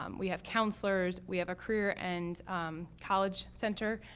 um we have counselors, we have a career and college center,